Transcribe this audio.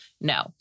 No